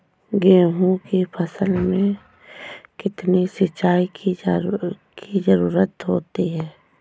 गेहूँ की फसल में कितनी सिंचाई की जरूरत होती है?